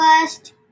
first